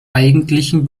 eigentlichen